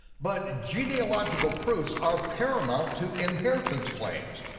but genealogical proofs are paramount to inheritance claims.